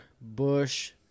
Bush